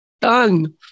done